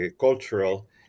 cultural